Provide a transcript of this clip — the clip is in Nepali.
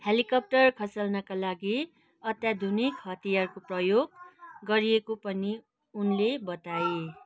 हेलिकप्टर खसाल्नका लागि अत्याधुनिक हतियारको प्रयोग गरिएको पनि उनले बताए